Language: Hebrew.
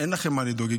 אין לכם מה לדאוג.